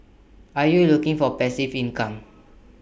are you looking for passive income